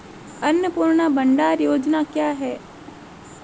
अन्नपूर्णा भंडार योजना क्या है?